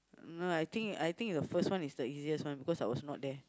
no I think I think the first one is the easiest one because I was not there